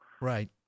Right